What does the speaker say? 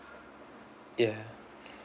ya